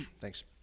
Thanks